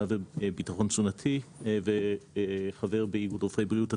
ופתרון תזונתי וחבר באיגוד רופאי בריאות הציבור.